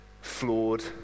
flawed